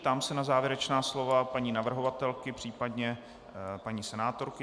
Ptám se na závěrečná slova paní navrhovatelky, případně paní senátorky.